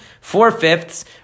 Four-fifths